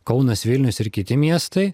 kaunas vilnius ir kiti miestai